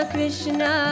Krishna